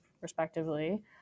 respectively